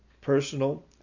personal